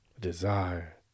Desire